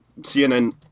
CNN